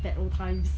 that old times